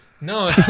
No